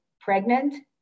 pregnant